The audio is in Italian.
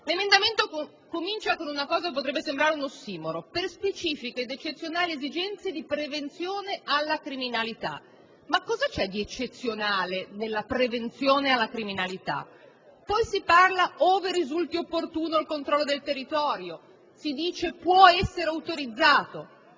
L'emendamento comincia con quello che potrebbe sembrare un ossimoro: «Per specifiche ed eccezionali esigenze di prevenzione della criminalità». Ma cosa c'è di eccezionale nella prevenzione alla criminalità? Poi prosegue: «ove risulti opportuno un accresciuto controllo del territorio, può essere autorizzato...».